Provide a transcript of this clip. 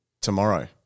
tomorrow